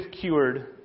cured